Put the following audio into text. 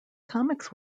comics